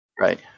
Right